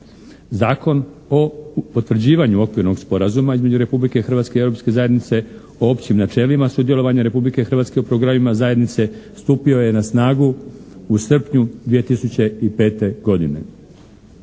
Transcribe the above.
proces pristupanja. Okvirnim sporazumom između Republike Hrvatske i Europske zajednice o općim načelima sudjelovanja Republike Hrvatske u programima zajednice pruža se mogućnost sudjelovanja